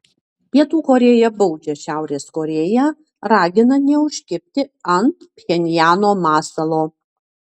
pietų korėja baudžia šiaurės korėją ragina neužkibti ant pchenjano masalo